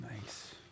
Nice